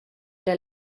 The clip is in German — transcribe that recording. der